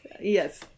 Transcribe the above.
Yes